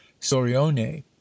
sorione